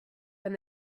when